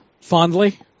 fondly